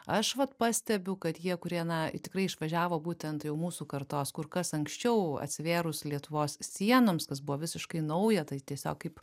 aš vat pastebiu kad jie kurie na tikrai išvažiavo būtent jau mūsų kartos kur kas anksčiau atsivėrus lietuvos sienoms kas buvo visiškai nauja tai tiesiog kaip